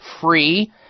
free